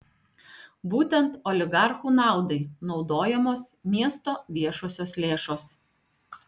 būtent oligarchų naudai naudojamos miesto viešosios lėšos